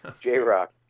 J-Rock